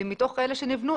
ומתוך אלה שנבנו,